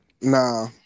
Nah